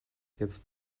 jetzt